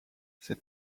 cette